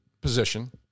position